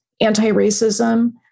anti-racism